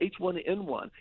H1N1